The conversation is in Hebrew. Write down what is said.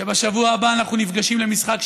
שבשבוע הבא אנחנו נפגשים למשחק שש-בש,